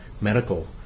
medical